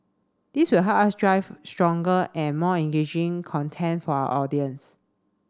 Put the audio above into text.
this will help us drive stronger and more engaging content for our audience